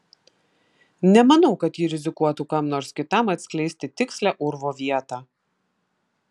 nemanau kad ji rizikuotų kam nors kitam atskleisti tikslią urvo vietą